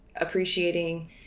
appreciating